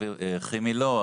כימי לא,